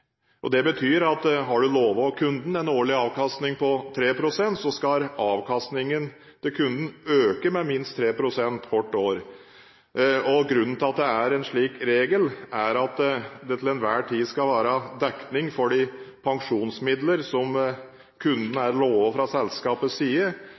garantien. Det betyr at har du lovt kunden en årlig avkastning på 3 pst., skal avkastningen til kunden øke med minst 3 pst. hvert år. Grunnene til at det er en slik regel, er at det til enhver tid skal være dekning for de pensjonsmidler som kunden